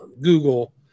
google